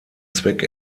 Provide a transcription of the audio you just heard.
zweck